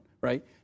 right